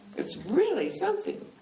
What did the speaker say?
it's really something,